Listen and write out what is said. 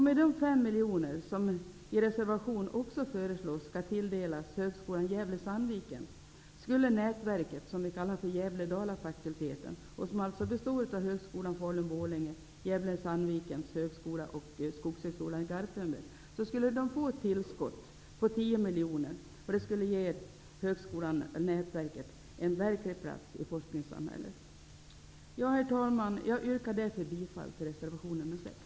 Med de 5 miljoner kronor som i vår reservation också föreslås skall tilldelas Högskolan i 10 miljoner. Det skulle ge nätverket en verklig plats i forskningssamhället. Herr talman! Jag yrkar därför bifall till reservation nr 6.